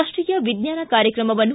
ರಾಷ್ಟೀಯ ವಿಜ್ಞಾನ ಕಾರ್ಯಕ್ರಮವನ್ನು